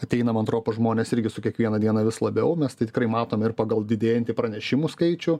ateina man atrodo pas žmones irgi su kiekviena diena vis labiau mes tai tikrai matom ir pagal didėjantį pranešimų skaičių